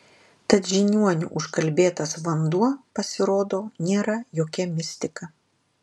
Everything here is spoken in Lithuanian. tad žiniuonių užkalbėtas vanduo pasirodo nėra jokia mistika